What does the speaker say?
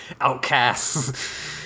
outcasts